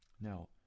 Now